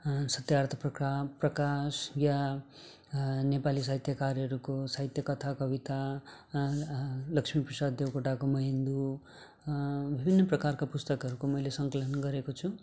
सत्यार्थ प्रका प्रकाश या नेपाली साहित्यकारहरूको साहित्य कथा कविता लक्ष्मीप्रसाद देवकोटाको म हिन्दू हुँ विभिन्न प्रकारको पुस्तकहरूको मैले सङ्कलन गरेको छु